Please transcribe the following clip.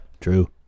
True